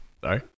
sorry